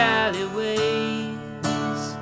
alleyways